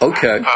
Okay